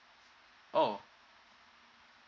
oh